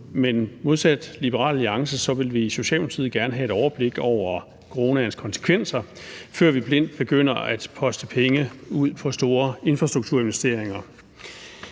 men modsat Liberal Alliance vil vi i Socialdemokratiet gerne have et overblik over coronaens konsekvenser, før vi blindt begynder at poste penge ud på store infrastrukturinvesteringer.